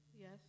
Yes